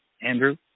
Andrew